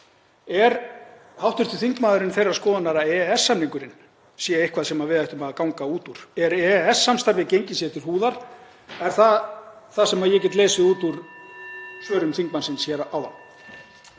er, er hv. þingmaður þeirrar skoðunar að EES-samningurinn sé eitthvað sem við ættum að ganga út úr? Er EES-samstarfið gengið sér til húðar? Er það það sem ég get lesið út úr svörum þingmannsins hér áðan?